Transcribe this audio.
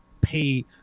pay